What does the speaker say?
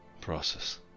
process